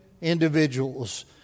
individuals